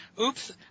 oops